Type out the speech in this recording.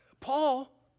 Paul